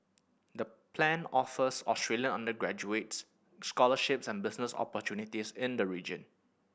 the plan offers Australian undergraduates scholarships and business opportunities in the region